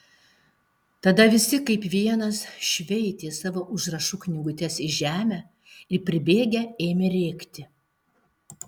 tada visi kaip vienas šveitė savo užrašų knygutes į žemę ir pribėgę ėmė rėkti